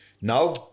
No